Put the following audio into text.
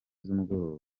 z’umugoroba